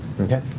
Okay